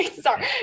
Sorry